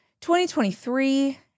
2023